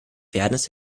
fairness